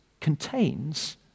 contains